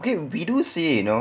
when we do say you know